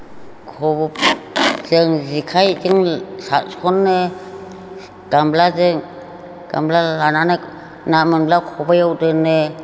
जों जेखाइजों साथसनो गामलाजों गामला लानानै ना मोनब्ला खबाइयाव दोनो